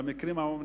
במקרים ההומניטריים,